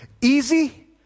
easy